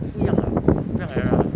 不一样 lah 不样 error ah